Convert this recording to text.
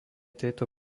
tejto